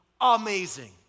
amazing